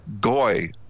goy